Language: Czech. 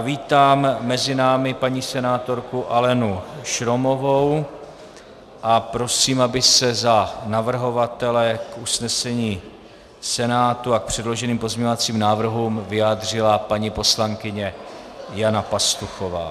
Vítám mezi námi paní senátorku Alenu Šromovou a prosím, aby se za navrhovatele k usnesení Senátu a k předloženým pozměňovacím návrhům vyjádřila paní poslankyně Jana Pastuchová.